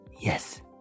Yes